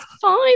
five